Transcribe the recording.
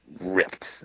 Ripped